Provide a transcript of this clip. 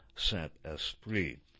Saint-Esprit